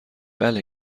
بله